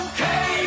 Okay